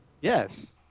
Yes